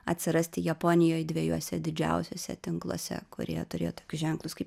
atsirasti japonijoj dviejuose didžiausiuose tinkluose kurie turėjo tokius ženklus kaip